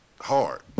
hard